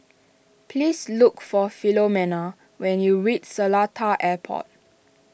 please look for Filomena when you reach Seletar Airport